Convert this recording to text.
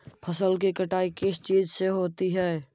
फसल की कटाई किस चीज से होती है?